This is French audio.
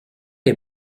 les